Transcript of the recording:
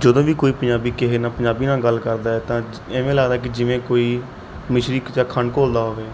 ਜਦੋਂ ਵੀ ਕੋਈ ਪੰਜਾਬੀ ਕਿਸੇ ਨਾਲ ਪੰਜਾਬੀ ਨਾਲ ਗੱਲ ਕਰਦਾ ਏ ਤਾਂ ਇਵੇਂ ਲੱਗਦਾ ਕਿ ਜਿਵੇਂ ਕੋਈ ਮਿਸ਼ਰੀ ਜਾਂ ਖੰਡ ਘੋਲਦਾ ਹੋਵੇ